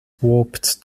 warped